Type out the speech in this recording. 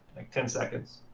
like ten seconds,